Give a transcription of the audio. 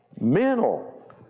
mental